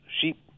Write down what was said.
sheep